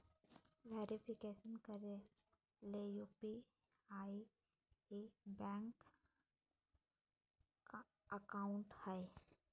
verification करे ले UPI ही बैंक अकाउंट हइ